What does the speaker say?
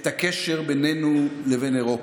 את הקשר בינינו לבין אירופה.